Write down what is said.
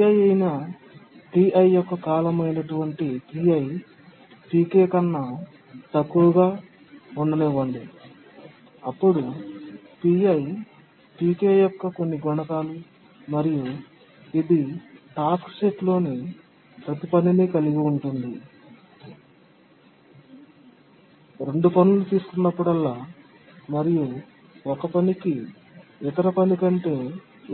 Pi అయిన Ti యొక్క కాలం అయినటువంటి Pi Pk కన్నా ఎక్కువగా ఉండనివ్వండి అప్పుడు Pi Pk యొక్క కొన్ని గుణకాలు మరియు ఇది టాస్క్ సెట్లోని ప్రతి పనిని కలిగి ఉంటుంది రెండు పనులు తీసుకున్నప్పుడల్లా మరియు ఒక పనికి ఇతర పని కంటే